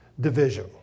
division